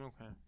Okay